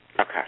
Okay